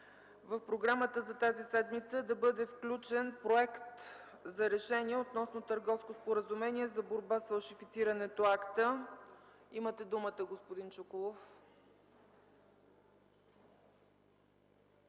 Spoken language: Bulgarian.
в програмата за тази седмица да бъде включен Проект за решение относно Търговското споразумение за борба с фалшифицирането – АСТА. Имате думата, господин Чуколов.